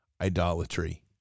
idolatry